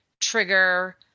trigger